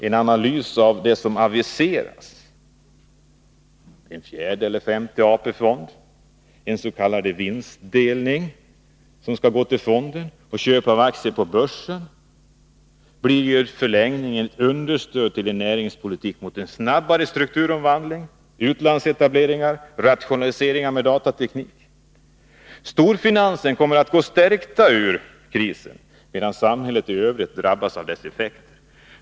En analys av det som aviserats — en fjärde eller femte AP-fond, en s.k. vinstdelning som skall gå till fonden eller köp av aktier på börsen — visar att det i förlängningen blir ett understöd till en näringspoilitik som går i riktning mot en snabbare strukturomvandling, utlandsetableringar och rationaliseringar med hjälp av datateknik. Storfinansen kommer att gå stärkt ur krisen, medan samhället i övrigt drabbas av dess effekter.